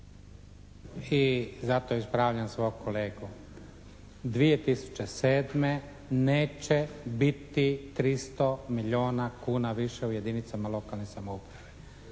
I zato ispravljam svog kolegu. 2007. neće biti 300 milijuna kuna u jedinicama lokalne samouprave